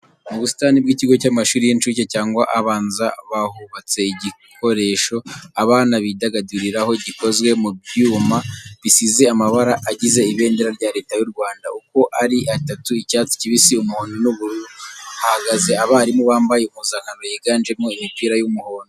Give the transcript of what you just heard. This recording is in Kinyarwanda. Mu busitani bw'ikigo cy'amashuri y'incuke cyangwa abanza bahubatse igikoresho abana bidagaduriraho gikozwe mu byuma bisize amabara agize ibendera rya Leta y'u Rwanda uko ari atatu icyatsi kibisi, umuhondo, n'ubururu. Hahagaze abarimu bambaye impuzankano yiganjemo imipira y'umuhondo.